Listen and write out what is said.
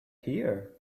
here